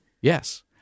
Yes